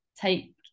take